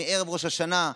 מערב ראש השנה,